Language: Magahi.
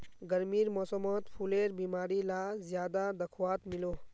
गर्मीर मौसमोत फुलेर बीमारी ला ज्यादा दखवात मिलोह